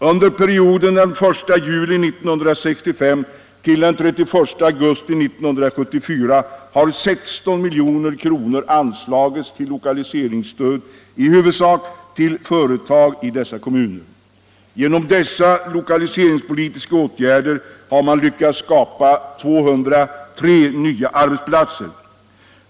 Under perioden 1 juli 1965-31 augusti 1974 har 16 milj.kr. anslagits till lokaliseringsstöd, i huvudsak till företag i dessa kommuner. Genom dessa lokaliseringspolitiska åtgärder har man lyckats skapa 203 nya arbetsplatser.